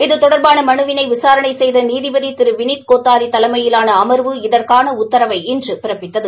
இது தொடர்பாள மனுவினை விவசாரணை செய்த நீதிபதி திரு வினித் கோத்தாரி தலைமையிலான அமர்வு இன்று இதறகான உத்தரவை பிறப்பித்தது